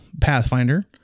Pathfinder